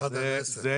מאחת עד עשר?